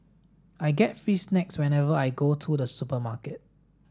I get free snacks whenever I go to the supermarket